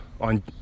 on